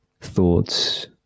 thoughts